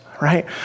right